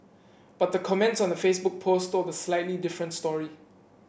but the comments on the Facebook post told a slightly different story